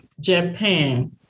Japan